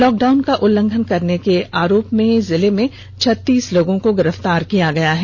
lock down का उल्लघंन करने के आरोप में जिले में छत्तीस लोगों को गिरफ्तार किया गया है